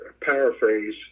paraphrase